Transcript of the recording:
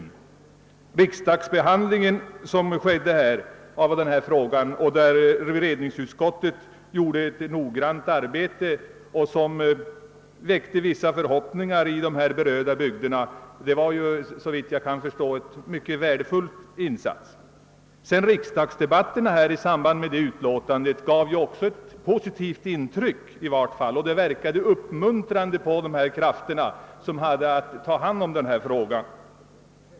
Vid riksdagsbehandlingen av frågan gjorde allmänna beredningsutskottet ett noggrant arbete, som väckte vissa förhoppningar i de berörda bygderna. Det var såvitt jag kan förstå en mycket värdefull insats. Riksdagsdebatterna i samband med allmänna beredningsutskottets utlåtande gav också ett positivt intryck och verkade uppmuntrande på de krafter som lokalt hade att ta hand om det hela.